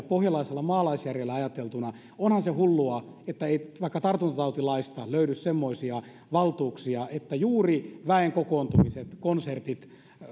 pohjalaisella maalaisjärjellä ajateltuna onhan se hullua että tartuntatautilaista ei löydy semmoisia valtuuksia että juuri väenkokoontumisia konsertteja